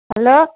hello